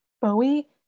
Bowie